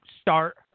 start